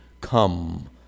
come